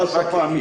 זו השפה המקצועית.